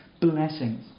blessings